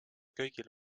kõigil